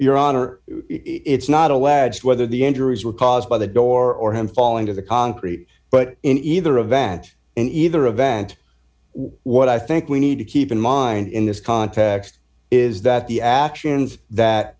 your honor it's not aware of whether the injuries were caused by the door or him falling to the concrete but in either event in either event what i think we need to keep in mind in this context is that the actions that